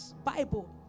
bible